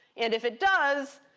and if it does,